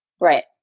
Right